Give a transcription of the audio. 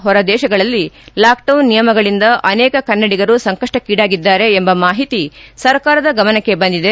ಹೊರದೇಶಗಳಲ್ಲಿ lockdown ನಿಯಮಗಳಿಂದ ಅನೇಕ ಕನ್ನಡಿಗರು ಸಂಕಷ್ಟಕ್ಕೀಡಾಗಿದ್ದಾರೆ ಎಂಬ ಮಾಹಿತಿ ಸರ್ಕಾರದ ಗಮನಕ್ಕೆ ಬಂದಿದೆ